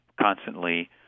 constantly